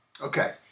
Okay